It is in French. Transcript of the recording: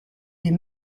des